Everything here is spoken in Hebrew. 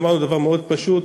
אמרנו דבר מאוד פשוט: